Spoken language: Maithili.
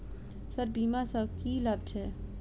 सर बीमा सँ की लाभ छैय?